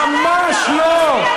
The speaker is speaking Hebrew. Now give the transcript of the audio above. ממש לא,